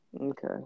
Okay